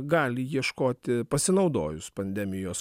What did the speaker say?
gali ieškoti pasinaudojus pandemijos